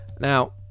now